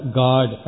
god